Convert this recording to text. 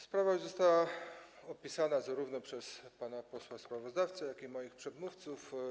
Sprawa już została opisana zarówno przez pana posła sprawozdawcę, jak i moich przedmówców.